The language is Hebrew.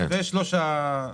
זה שלוש השאלות שלנו.